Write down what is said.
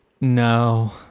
no